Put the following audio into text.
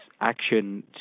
action